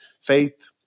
faith